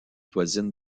voisine